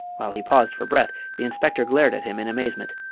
while he paused for breath the inspector glared at him in amazement.